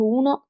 uno